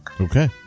Okay